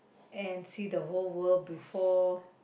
and see the whole world before